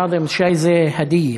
נאזם, שי זה הדייה.